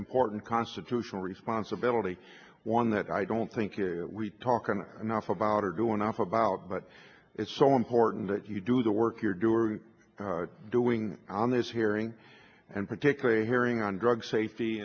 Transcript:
important constitutional responsibility one that i don't think we talk on enough about or do enough about but it's so important that you do the work you're doing doing on this hearing and particularly hearing on drug safety